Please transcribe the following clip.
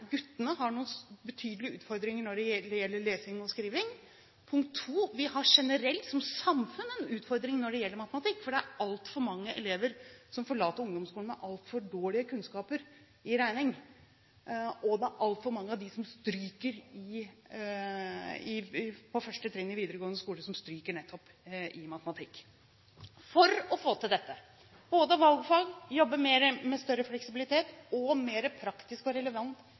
guttene har noen betydelige utfordringer når det gjelder lesing og skriving. Og vi har – punkt to – generelt, som samfunn, en utfordring når det gjelder matematikk, for det er altfor mange elever som forlater ungdomsskolen med altfor dårlige kunnskaper i regning, og det er altfor mange på første trinn i videregående skole som stryker nettopp i matematikk. For å få til dette – både valgfag og det å jobbe med større fleksibilitet og mer praktisk og relevant